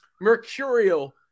mercurial